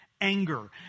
anger